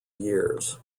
years